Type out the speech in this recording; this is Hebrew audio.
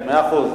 כן, מאה אחוז.